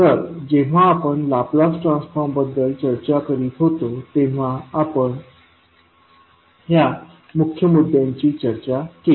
तर जेव्हा आपण लाप्लास ट्रान्सफॉर्म बद्दल चर्चा करीत होतो तेव्हा आपण ह्या मुख्य मुद्द्यांची चर्चा केली